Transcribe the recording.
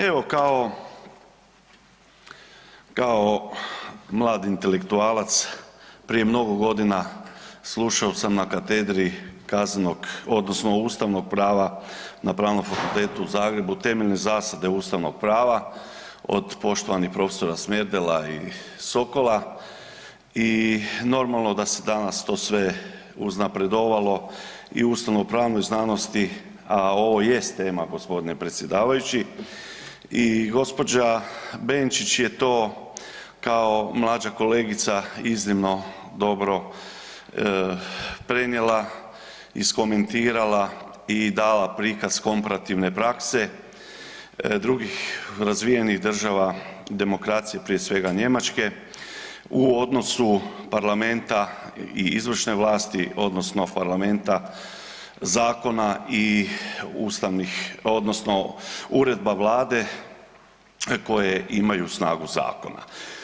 Evo kao, kao mladi intelektualac prije mnogo godina slušao sam na katedri kaznenog odnosno ustavnog prava na Pravnom fakultetu u Zagrebu „Temeljne zasade ustavnog prava“ od poštovanih prof. Smerdela i Sokola i normalno da se danas to sve uznapredovalo i u ustavno pravnoj znanosti, a ovo jest tema g. predsjedavajući i gđa. Benčić je to kao mlađa kolegica iznimno dobro prenijela, iskomentirala i dala prikaz komparativne prakse drugih razvijenih država demokracije, prije svega Njemačke u odnosu parlamenta i izvršne vlasti odnosno parlamenta, zakona i ustavnih odnosno uredba vlade koje imaju snagu zakona.